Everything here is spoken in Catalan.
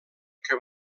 que